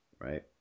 Right